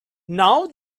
now